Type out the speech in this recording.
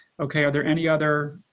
okay. are there any other